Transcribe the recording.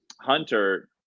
Hunter